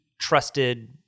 trusted